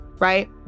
right